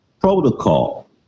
protocol